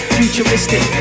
futuristic